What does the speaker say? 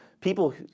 people